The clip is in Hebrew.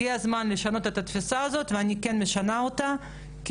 הגיע הזמן לשנות את התפיסה הזאת ואני כן משנה אותה כי